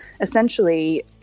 essentially